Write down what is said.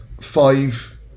five